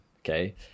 okay